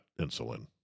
insulin